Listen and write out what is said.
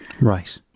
Right